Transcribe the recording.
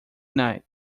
night